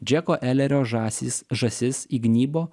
džeko elerio žąsys žąsis įgnybo